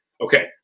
Okay